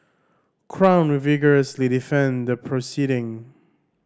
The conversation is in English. crown will vigorously defend the proceeding